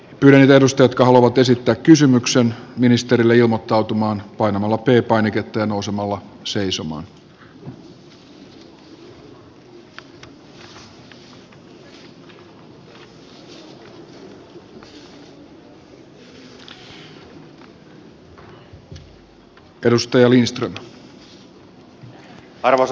ylen levystötka haluavat esittää kysymyksen ministerille ilmottautumaan painamalla peli painiketta nousemalla arvoisa herra puhemies